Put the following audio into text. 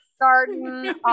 garden